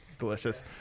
delicious